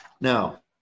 Now